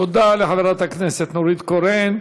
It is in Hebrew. תודה לחברת הכנסת נורית קורן.